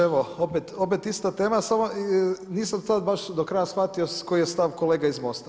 Evo, opet ista tema, samo nisam tad baš do kraja shvatio koji je stav kolege iz Mosta.